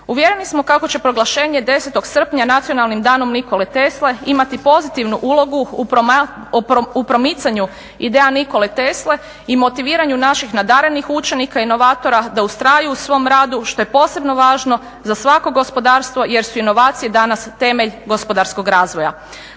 Uvjereni smo kako će proglašenje 10. srpnja Nacionalnim danom Nikole Tesle imati pozitivnu ulogu u promicanju ideja Nikole Tesle i motiviranju naših nadarenih učenika inovatora da ustraju u svom radu što je posebno važno za svako gospodarstvo jer su inovacije danas temelj gospodarskog razvoja.